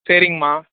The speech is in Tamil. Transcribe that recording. சரிங்கம்மா